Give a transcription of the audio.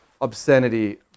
obscenity